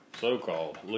so-called